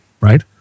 right